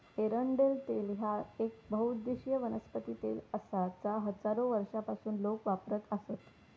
एरंडेल तेल ह्या येक बहुउद्देशीय वनस्पती तेल आसा जा हजारो वर्षांपासून लोक वापरत आसत